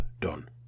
done